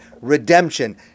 redemption